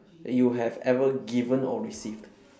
that you have ever given or received